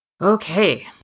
Okay